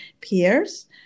peers